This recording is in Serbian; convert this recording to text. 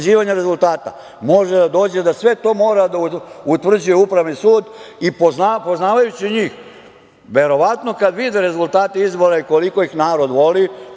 rezultata, može da dođe do toga da sve to mora da utvrđuje Upravni sud. Poznavajući njih, verovatno kada vide rezultate izbora i koliko ih narod voli,